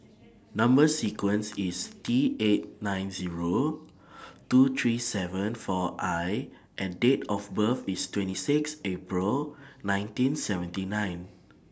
Number sequence IS T eight nine Zero two three seven four I and Date of birth IS twenty six April nineteen seventy nine